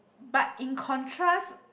but in contrast